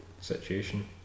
situation